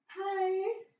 Hi